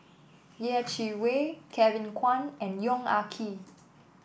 Yeh Chi Wei Kevin Kwan and Yong Ah Kee